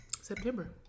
september